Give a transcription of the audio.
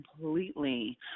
completely